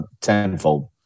tenfold